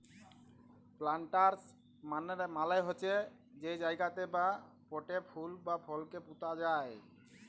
planters মালে হছে যে জায়গাতে বা পটে ফুল বা ফলকে পুঁতা যায়